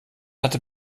hatte